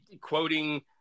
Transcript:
quoting